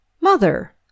Mother